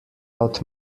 out